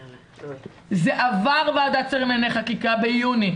זה עבר ועדת שרים לענייני חקיקה ביוני.